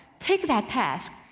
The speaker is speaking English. take that task,